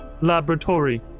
laboratory